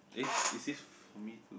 eh is this for me too